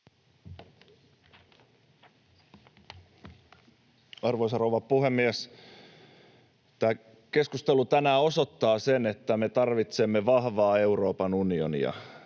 Arvoisa rouva puhemies! Tämä keskustelu tänään osoittaa sen, että me tarvitsemme vahvaa Euroopan unionia.